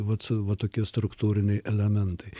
vat va tokie struktūriniai elementai